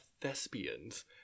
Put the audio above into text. thespians